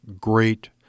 great